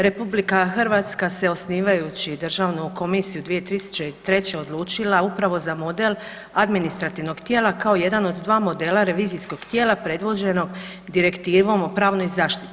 RH se osnivajući Državnu komisiju 2003. odlučila upravo za model administrativnog tijela kao jedan od dva modela revizijskog tijela predvođeno direktivom o pravnoj zaštiti.